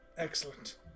Excellent